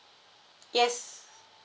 yes